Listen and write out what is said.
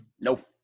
Nope